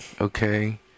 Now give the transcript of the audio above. okay